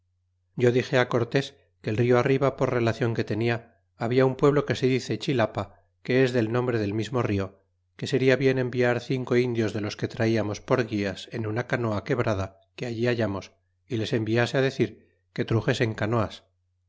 yo dixe lt cortés que el rio arriba por relacion que tenia habla un pueblo que se dice chilapa que es del nombre del mismo rio que seria bien enviar cinco indios de los que traia mos por gulas en una canoa quebrada que allí hallamos y les enviase decir que truxesen canoas